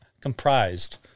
comprised